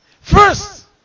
First